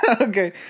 Okay